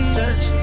Touch